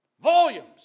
volumes